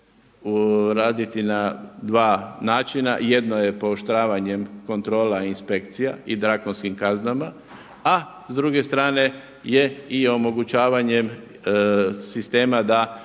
uraditi na 2 načina. Jedno je pooštravanjem kontrola i inspekcija i drakonskim kaznama, a s druge strane je i omogućavanjem sistema da